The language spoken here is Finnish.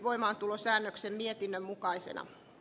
kannatan tehtyä esitystä